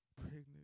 pregnant